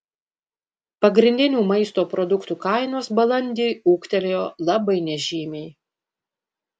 pagrindinių maisto produktų kainos balandį ūgtelėjo labai nežymiai